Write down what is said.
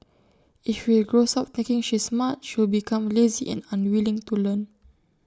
if he grows up thinking she's smart she'll become lazy and unwilling to learn